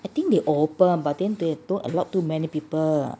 I think they open but then they don't allow too many people